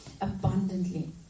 abundantly